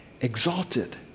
exalted